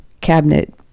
cabinet